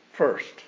First